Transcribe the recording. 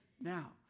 Now